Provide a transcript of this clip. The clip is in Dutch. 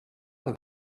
dat